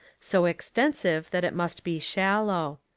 so extensive that it must be shallow.